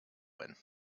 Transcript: when